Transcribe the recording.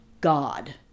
God